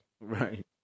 right